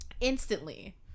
Instantly